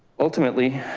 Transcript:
ultimately,